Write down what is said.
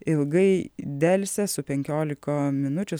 ilgai delsę su penkiolika minučių